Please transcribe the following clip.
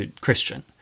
Christian